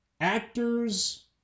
actors